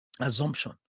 assumption